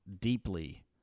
deeply